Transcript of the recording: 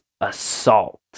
assault